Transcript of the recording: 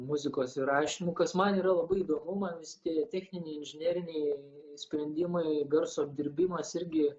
muzikos įrašymu kas man yra labai įdomu man visi tie techniniai inžineriniai sprendimai garso apdirbimas irgi